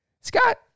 Scott